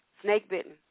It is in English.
snake-bitten